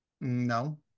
No